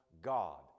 God